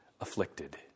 afflicted